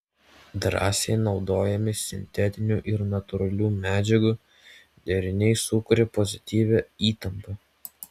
drąsiai naudojami sintetinių ir natūralių medžiagų deriniai sukuria pozityvią įtampą